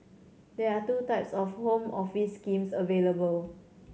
there are two types of Home Office schemes available